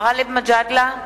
גאלב מג'אדלה,